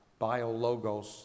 BioLogos